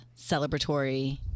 celebratory